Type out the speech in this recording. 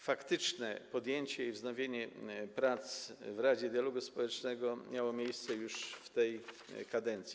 Faktyczne podjęcie i wznowienie prac w Radzie Dialogu Społecznego miało miejsce już w tej kadencji.